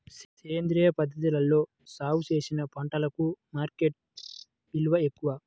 సేంద్రియ పద్ధతిలో సాగు చేసిన పంటలకు మార్కెట్ విలువ ఎక్కువ